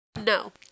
No